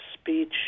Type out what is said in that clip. speech